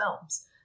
films